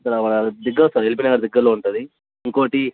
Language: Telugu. దగ్గర సార్ ఎల్బీ నగర్ దగ్గరలో ఉంటుంది ఇంకోటి